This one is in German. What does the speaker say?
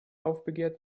aufbegehrt